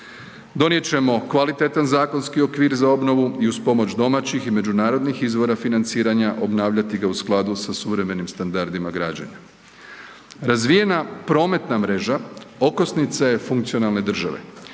Donijet ćemo kvalitetan zakonski okvir za obnovu i uz pomoć domaćih i međunarodnih izvora financiranja obnavljati ga u skladu sa suvremenim standardima građenja. Razvijena prometna mreža okosnica je funkcionalne države,